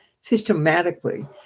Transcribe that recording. systematically